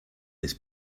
his